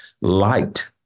light